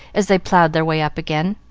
as they plowed their way up again.